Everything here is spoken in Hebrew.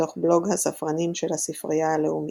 מתוך בלוג "הספרנים" של הספרייה הלאומית.